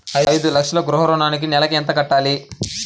ఐదు లక్షల గృహ ఋణానికి నెలకి ఎంత కట్టాలి?